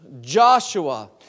Joshua